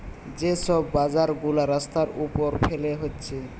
যে সব বাজার গুলা রাস্তার উপর ফেলে হচ্ছে